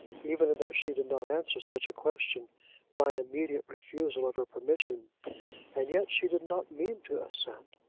even in that she did not answer such a question by an immediate refusal of her permission and yet she did not mean to assent.